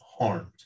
harmed